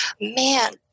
man